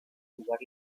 jugar